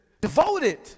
devoted